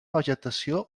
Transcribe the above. vegetació